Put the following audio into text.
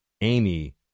Amy